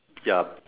ya